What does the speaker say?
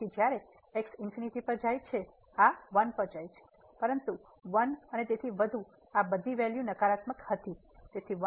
તેથી જ્યારે x ∞ પર જાય છે આ 1 પર જાય છે પરંતુ 1 અને તેથી વધુ આ બધી વેલ્યૂ નકારાત્મક હતી